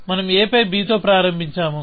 మనం a పైbతో ప్రారంభించాము